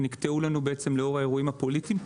שנקטעו לנו בעצם לאור האירועים הפוליטיים,